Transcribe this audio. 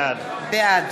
בעד